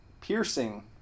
piercing